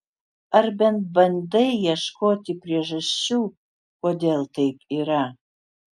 ar bent bandai ieškoti priežasčių kodėl taip yra